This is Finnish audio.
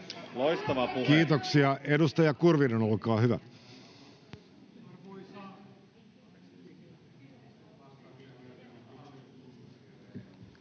Kiitoksia. — Edustaja Kurvinen, olkaa hyvä.